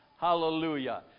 Hallelujah